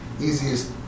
easiest